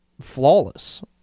flawless